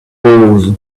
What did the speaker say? doors